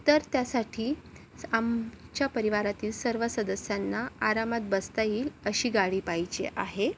तर त्यासाठी आमच्या परिवारातील सर्व सदस्यांना आरामात बसता येईल अशी गाडी पाहिजे आहे